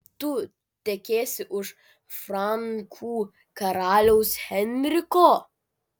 tu tekėsi už frankų karaliaus henriko